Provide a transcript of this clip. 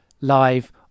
live